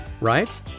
right